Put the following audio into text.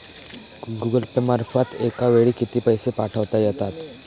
Google Pay मार्फत एका वेळी किती पैसे पाठवता येतात?